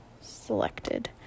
Selected